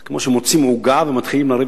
זה כמו שמוצאים עוגה ומתחילים לריב